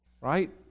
Right